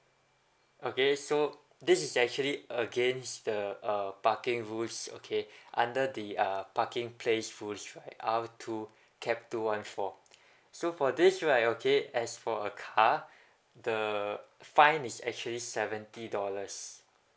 okay so this is actually against the um parking rules okay under the uh parking place rules right r two cap two one four so for this right okay as for a car the fine is actually seventy dollars